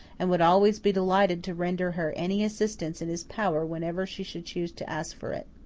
and would always be delighted to render her any assistance in his power whenever she should choose to ask for it.